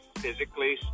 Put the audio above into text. physically